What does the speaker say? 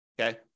okay